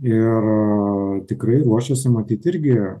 ir tikrai ruošiasi matyt irgi